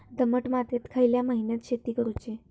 दमट मातयेत खयल्या महिन्यात शेती करुची?